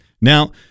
Now